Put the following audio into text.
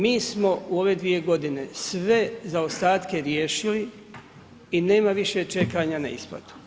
Mi smo u ove 2 g. sve zaostatke riješili ni nema više čekanja na isplatu.